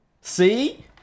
See